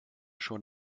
schon